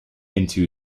into